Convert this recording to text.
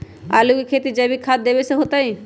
आलु के खेती जैविक खाध देवे से होतई?